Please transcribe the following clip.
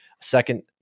Second